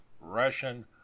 Russian